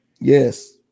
Yes